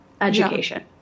education